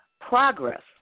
progress